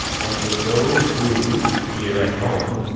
but with those who, near at home,